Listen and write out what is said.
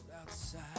outside